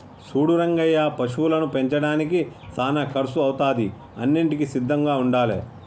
సూడు రంగయ్య పశువులను పెంచడానికి సానా కర్సు అవుతాది అన్నింటికీ సిద్ధంగా ఉండాలే